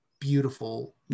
beautiful